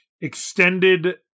extended